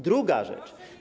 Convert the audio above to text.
Druga rzecz.